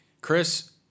Chris